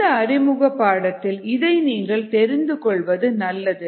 இந்த அறிமுக பாடத்தில் இதை நீங்கள் தெரிந்து கொள்வது நல்லது